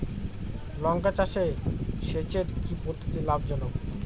লঙ্কা চাষে সেচের কি পদ্ধতি লাভ জনক?